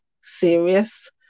serious